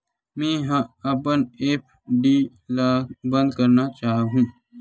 मेंहा अपन एफ.डी ला बंद करना चाहहु